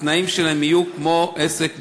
התנאים שלהם יהיו כמו בעסק בפירוק.